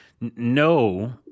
no